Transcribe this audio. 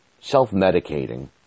self-medicating